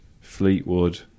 Fleetwood